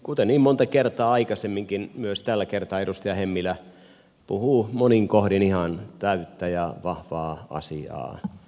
kuten niin monta kertaa aikaisemminkin myös tällä kertaa edustaja hemmilä puhuu monin kohdin ihan täyttä ja vahvaa asiaa